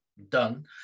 Done